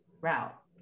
route